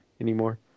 anymore